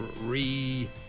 re